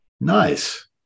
Nice